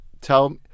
Tell